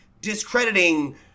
discrediting